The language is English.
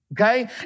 Okay